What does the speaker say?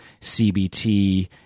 CBT